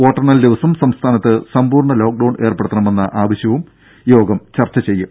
വോട്ടെണ്ണൽ ദിവസം സംസ്ഥാനത്ത് സമ്പൂർണ ലോക്ഡൌൺ ഏർപ്പെടുത്തണമെന്ന ആവശ്യം യോഗം ചർച്ച ചെയ്യും